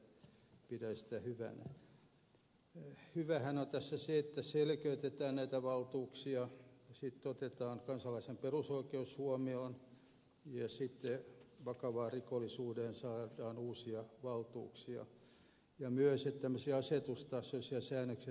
hyväähän tässä on se että selkeytetään näitä valtuuksia ja otetaan kansalaisen perusoikeudet huomioon ja se että vakavaan rikollisuuteen saadaan uusia valtuuksia ja myös se että tämmöisiä asetustasoisia säännöksiä tulee lakitasolle